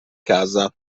casa